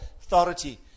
authority